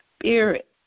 spirit